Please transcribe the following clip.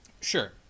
Sure